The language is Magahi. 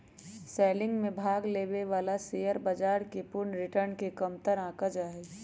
सेलिंग में भाग लेवे वाला शेयर बाजार के पूर्ण रिटर्न के कमतर आंका जा हई